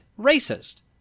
racist